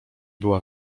była